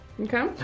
Okay